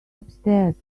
upstairs